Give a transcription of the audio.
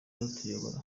azatuyobore